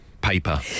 Paper